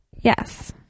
yes